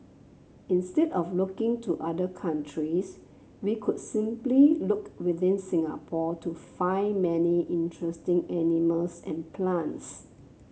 instead of looking to other countries we could simply look within Singapore to find many interesting animals and plants